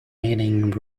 meaning